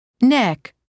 neck